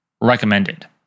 Recommended